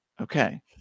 Okay